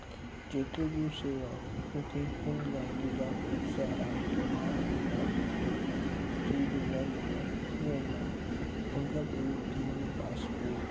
जेकी बि सेवा मूंखे हिन ॻाल्हि जी जामु उत्साह आहे की मां रिटायर खां पोइ मां सॼी दुनिया घुमणु वेंदमि हुनखां पहिरीं मूंखे मुंहिंजो पंहिंजो पासपोर्ट